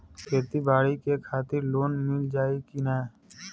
खेती बाडी के खातिर लोन मिल जाई किना?